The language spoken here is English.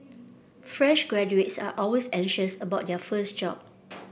fresh graduates are always anxious about their first job